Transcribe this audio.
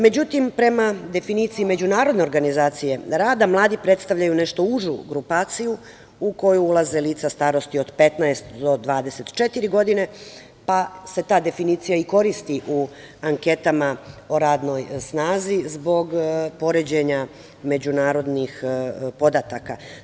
Međutim, prema definiciji Međunarodne organizacije rada, mladi predstavljaju nešto užu grupaciju u koju ulaze lica starosti od 15 do 24 godine, pa se ta definicija i koristi u anketama o radnoj snazi, zbog poređenja međunarodnih podataka.